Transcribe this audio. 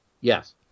Yes